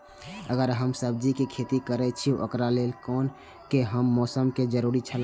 अगर हम सब्जीके खेती करे छि ओकरा लेल के हन मौसम के जरुरी छला?